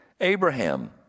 Abraham